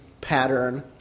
pattern